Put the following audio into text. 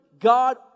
God